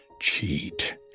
Cheat